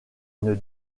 une